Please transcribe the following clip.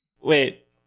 wait